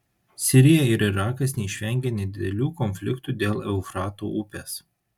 sirija ir irakas neišvengė nedidelių konfliktų dėl eufrato upės